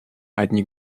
одни